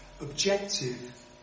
objective